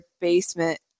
basement